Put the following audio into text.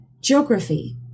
geography